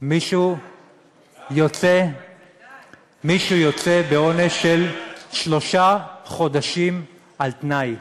מישהו יוצא בעונש של שלושה חודשים על-תנאי.